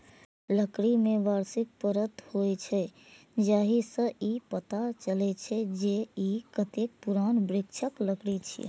लकड़ी मे वार्षिक परत होइ छै, जाहि सं ई पता चलै छै, जे ई कतेक पुरान वृक्षक लकड़ी छियै